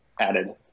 added